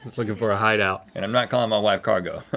looking for a hideout. and i'm not calling my wife cargo.